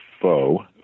faux